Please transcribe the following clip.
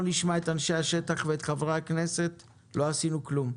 נשמע את אנשי השטח ואת חברי הכנסת אז לא עשינו כלום,